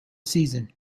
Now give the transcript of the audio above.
season